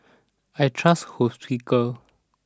I trust Hospicare